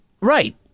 Right